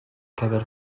gyfer